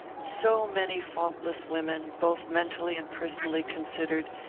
so many faultless women, both mentally and personally considered,